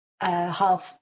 half